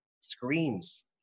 screens